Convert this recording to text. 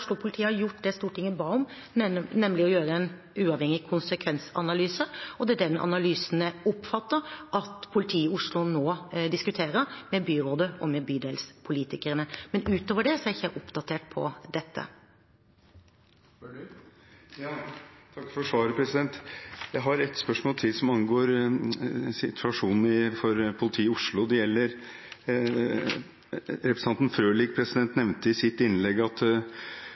har gjort det Stortinget ba om, nemlig å gjennomføre en uavhengig konsekvensanalyse, og det er den analysen jeg oppfatter at politiet i Oslo nå diskuterer med byrådet og bydelspolitikerne. Utover det er jeg ikke oppdatert på dette. Takk for svaret. Jeg har et spørsmål til som angår situasjonen for politiet i Oslo. Det gjelder det representanten Frølich nevnte i sitt innlegg om at